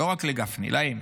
לא רק לגפני, להם.